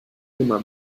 nimmer